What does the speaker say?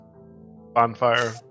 bonfire